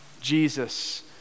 Jesus